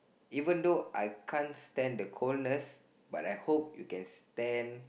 even though I can't stand the coldness but I hope you can stand